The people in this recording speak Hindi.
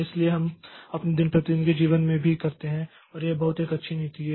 इसलिए हम अपने दिन प्रतिदिन के जीवन में भी करते हैं और यह एक बहुत अच्छी नीति है